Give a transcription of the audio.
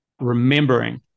remembering